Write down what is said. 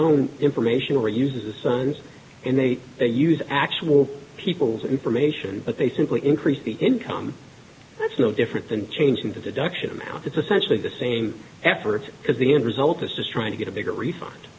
own information or uses the suns and they they use actual people's information but they simply increase the income that's no different than changing the deduction amount that's essentially the same effort because the end result is just trying to get a bigger refund